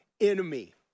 enemy